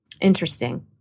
Interesting